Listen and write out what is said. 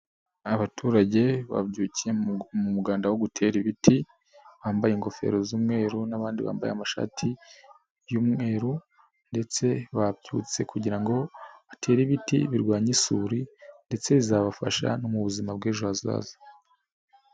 Abaturage babyukiye mu muganda wo gutera ibiti, bambaye ingofero z'umweru n'abandi bambaye amashati y'umweru ndetse babyutse kugira ngo batere ibiti birwanya isuri ndetse bizabafasha no mu buzima bw'ejo hazaza.